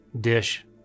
dish